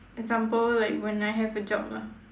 example like when I have a job lah